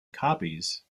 copies